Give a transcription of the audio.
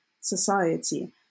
society